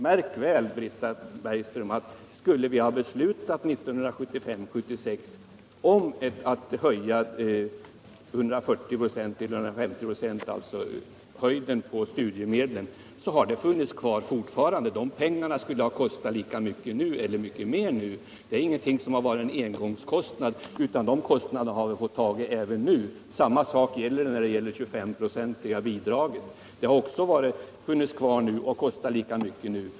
Märk väl, Britta Bergström, att skulle vi 1975/76 ha 113 beslutat höja studiemedlen med 140-150 926, hade de utgifterna fortfarande funnits kvar — det hade inte varit någon engångskostnad. Samma sak gäller det 25-procentiga bidraget. Det hade också funnits kvar nu och kostat lika mycket.